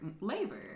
labor